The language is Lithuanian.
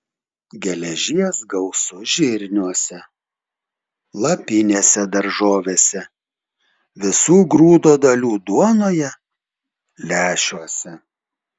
geležies gausu žirniuose lapinėse daržovėse visų grūdo dalių duonoje lęšiuose